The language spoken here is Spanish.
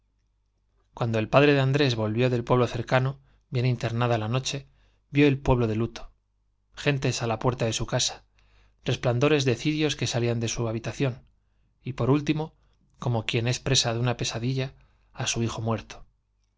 cuando el padre de andrés volvió del pueblo cer cano bien internada la noche vió el pueblo de luto gentes á la puerta de su casa resplandores de cirios que salían de su habitación y por último como quien es presa de una pesadilla á su hijo muerto